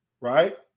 right